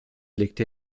legte